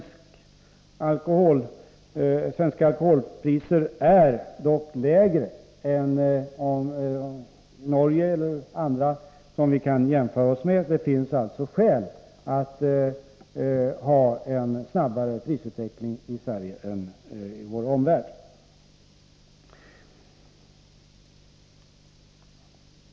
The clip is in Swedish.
Svenska alkoholpriser är dock lägre än de norska och även lägre än andra länders, vilka vi kan jämföra oss med. Det finns alltså skäl att ha en snabbare prisutveckling i Sverige än i vår omvärld.